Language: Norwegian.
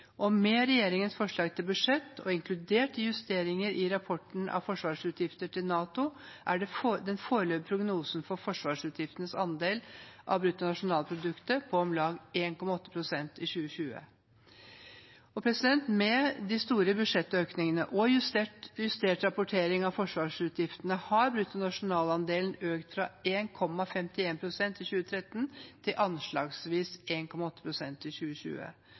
retning. Med regjeringens forslag til budsjett og inkludert justeringene i rapporten av forsvarsutgifter til NATO er den foreløpige prognosen for forsvarsutgiftenes andel av bruttonasjonalproduktet på om lag 1,8 pst. i 2020. Med de store budsjettøkningene og justert rapportering av forsvarsutgiftene har bruttonasjonalandelen økt fra 1,51 pst. i 2013 til anslagsvis 1,8 pst. i 2020,